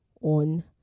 on